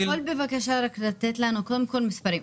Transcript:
אתה יכול, בבקשה, לתת לנו מספרים?